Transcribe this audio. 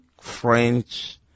French